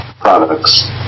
products